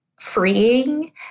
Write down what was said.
freeing